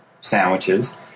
sandwiches